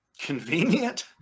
Convenient